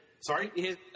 Sorry